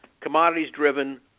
commodities-driven